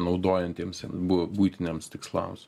naudojantiems ten bui buitiniams tikslams